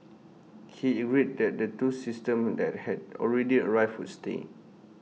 he agreed that the two systems that had already arrived would stay